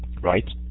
right